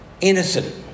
innocent